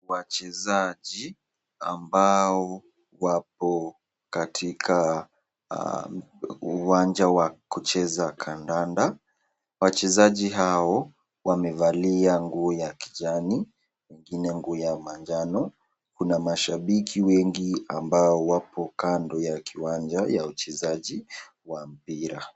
Wachezaji ambao wapo katika uwanja wa kucheza kandanda. Wachezaji hao wamevalia nguo ya kijani, wengine nguo ya manjano. Kuna mashambiki wengi ambao wapo kando ya kiwanja ya uchezaji wa mpira.